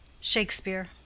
Shakespeare